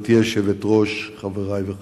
גברתי היושבת-ראש, חברי וחברותי,